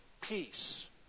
peace